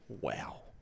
Wow